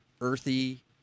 earthy